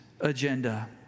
agenda